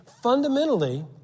fundamentally